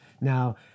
Now